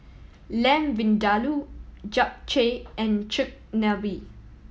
Lamb Vindaloo Japchae and Chigenabe